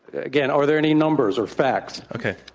again, are there any numbers or facts? okay,